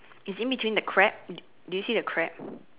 is in between the crab do do you see the crab